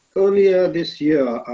earlier this year,